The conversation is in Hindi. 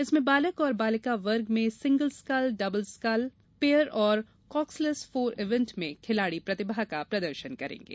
इसमें बालक और बालिका वर्ग में single scull double scull pair और कॉक्सलेस फोर इवेन्ट में खिलाड़ी प्रतिभा का प्रदर्शन करेंगे